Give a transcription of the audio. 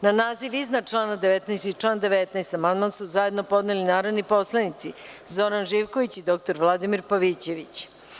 Na naziv iznad člana 19. i član 19. amandman su zajedno podneli narodni poslanici Zoran Živković i dr Vladimir Pavićević.